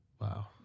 Wow